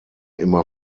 immer